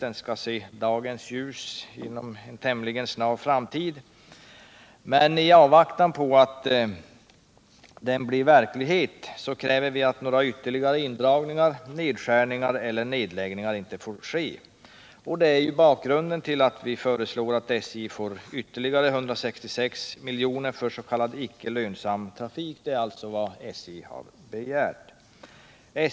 Den skall se dagens ljus inom en tämligen snar framtid. Men i avvaktan på att den blir verklighet kräver vi att några ytterligare indragningar, nedskärningar eller nedläggningar inte får ske. Det är bakgrunden till att vi föreslår att SJ får ytterligare 166 milj.kr. för s.k. icke lönsam trafik. Det är också vad SJ har begärt.